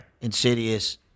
Insidious